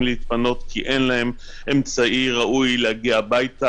להתפנות כי אין להם אמצעי ראוי להגיע הביתה,